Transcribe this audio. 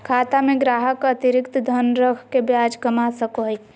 खाता में ग्राहक अतिरिक्त धन रख के ब्याज कमा सको हइ